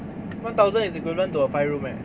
one thousand is equivalent to a five room eh